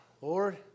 Lord